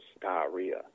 diarrhea